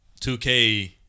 2K